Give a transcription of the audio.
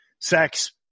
sex